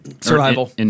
Survival